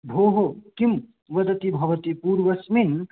भोः किं वदति भवती पूर्वस्मिन्